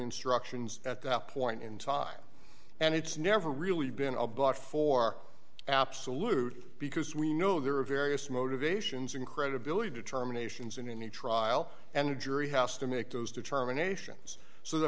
instructions at that point in time and it's never really been a block for absolute because we know there are various motivations in credibility determinations in any trial and the jury has to make those determinations so the